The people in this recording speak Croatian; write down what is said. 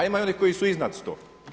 A ima i onih koji su iznad 100.